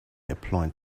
employed